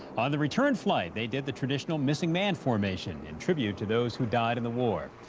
on the return flight, they did the traditional missing man formation, in tribute to those who died in the war.